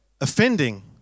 offending